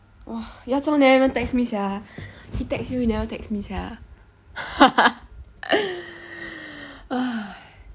!wah! yao zhong never even text me sia he text you he never text me sia uh